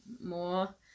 more